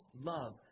love